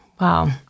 Wow